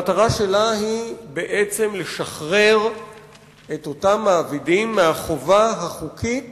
המטרה שלה היא בעצם לשחרר את אותם מעבידים מהחובה החוקית